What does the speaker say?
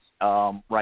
right